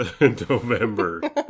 November